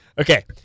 Okay